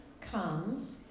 comes